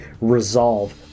resolve